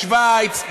משווייץ,